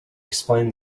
explained